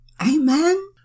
Amen